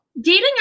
Dating